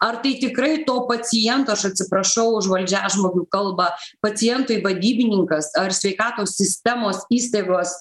ar tai tikrai to paciento aš atsiprašau už valdžiažmogių kalbą pacientui vadybininkas ar sveikatos sistemos įstaigos